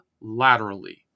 laterally